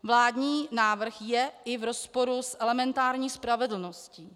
Vládní návrh je i v rozporu s elementární spravedlností.